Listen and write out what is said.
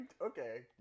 okay